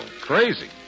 Crazy